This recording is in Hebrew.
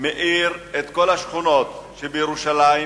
מעיר את כל השכונות בירושלים,